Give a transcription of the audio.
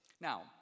Now